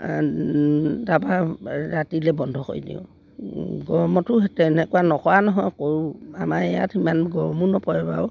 তাৰপৰা ৰাতিলৈ বন্ধ কৰি দিওঁ গৰমতো সেই তেনেকুৱা নকৰা নহয় কৰোঁ আমাৰ ইয়াত সিমান গৰমো নপৰে বাৰু